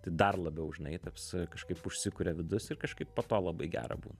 tai dar labiau žinai toks kažkaip užsikuria vidus ir kažkaip po to labai gera būna